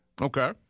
Okay